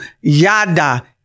Yada